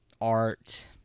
art